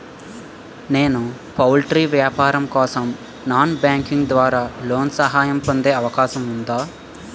నేను పౌల్ట్రీ వ్యాపారం కోసం నాన్ బ్యాంకింగ్ ద్వారా లోన్ సహాయం పొందే అవకాశం ఉందా?